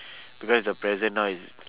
because the present now is